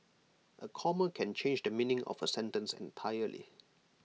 A comma can change the meaning of A sentence entirely